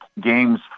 games